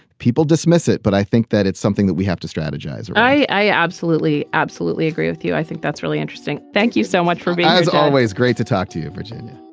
people dismiss it but i think that it's something that we have to strategize i i absolutely absolutely agree with you. i think that's really interesting. thank you so much for being as always great to talk to you. virginia.